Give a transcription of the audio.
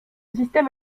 système